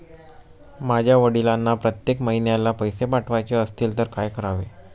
माझ्या वडिलांना प्रत्येक महिन्याला पैसे पाठवायचे असतील तर काय करावे?